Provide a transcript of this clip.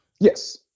Yes